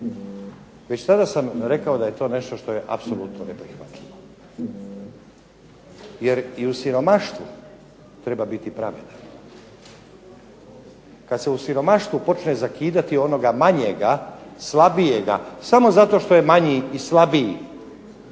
Već tada sam rekao da je to nešto apsolutno neprihvatljivo. Jer i u siromaštvu treba biti pravedan. Kada se u siromaštvu započne zakidati onoga manjega, slabijega samo zato što je manji i slabiji,